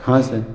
ہاں سر